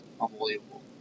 unbelievable